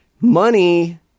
Money